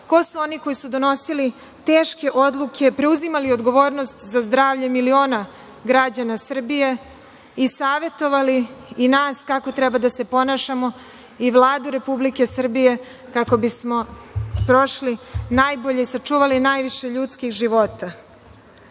ko su oni koji su donosili teške odluke, preuzimali odgovornost za zdravlje miliona građana Srbije i savetovali i nas kako treba da se ponašamo i Vladu Republike Srbije kako bismo prošli najbolje i sačuvali najviše ljudskih života.